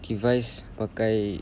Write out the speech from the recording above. device pakai